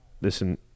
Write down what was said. listen